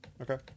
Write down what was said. okay